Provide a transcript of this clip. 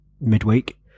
midweek